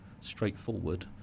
straightforward